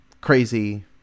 crazy